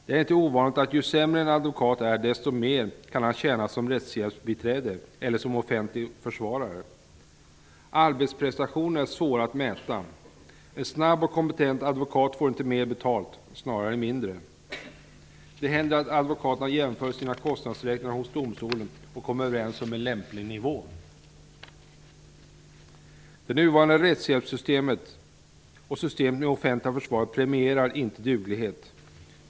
Det är inte ovanligt att ju sämre en advokat är desto mer kan han tjäna som rättshjälpsbiträde eller som offentlig försvarare. Arbetsprestationer är svåra att mäta. En snabb och kompetent advokat får inte mer betalt, snarare mindre. Det händer att advokaterna jämför sina kostnadsräkningar hos domstolen och kommer överens om en lämplig nivå. Det nuvarande rättshjälpssystemet och systemet med offentliga försvarare premierar inte duglighet.